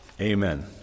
Amen